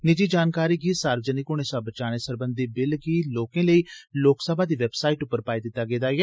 निजी जानकारी गी सार्वजनिक होने सोआं बचाने सरबंधी बिल गी लोकें लेई लोकसभा दी वेबसाइट पर पाई दित्ता गेदा ऐ